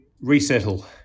resettle